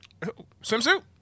Swimsuit